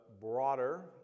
broader